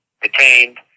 detained